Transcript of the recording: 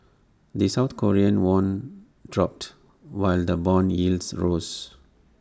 the south Korean won dropped while the Bond yields rose